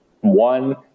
one